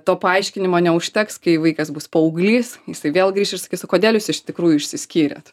to paaiškinimo neužteks kai vaikas bus paauglys jisai vėl grįš ir sakys o kodėl jūs iš tikrųjų išsiskyrėt